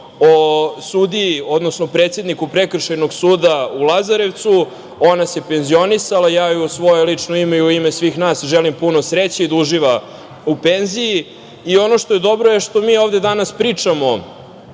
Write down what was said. o sudiji, odnosno predsedniku Prekršajnog suda u Lazarevcu. Ona se penzionisala. Ja joj u svoje lično ime i u ime svih nas želim puno sreće i da uživa u penziji. Ono što je dobro je što mi ovde danas pričamo